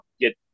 get